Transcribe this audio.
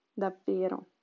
davvero